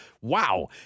Wow